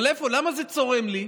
אבל למה זה צורם לי?